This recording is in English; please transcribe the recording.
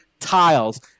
Tiles